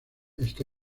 está